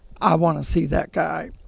I-want-to-see-that-guy